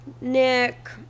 Nick